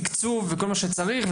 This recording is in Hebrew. תקצוב וכל מה שצריך,